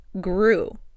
grew